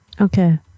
Okay